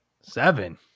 Seven